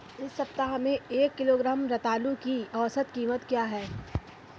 इस सप्ताह में एक किलोग्राम रतालू की औसत कीमत क्या है?